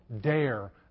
dare